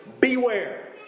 beware